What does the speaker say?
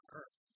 earth